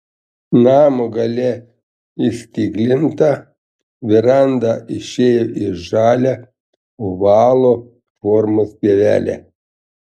namo gale įstiklinta veranda išėjo į žalią ovalo formos pievelę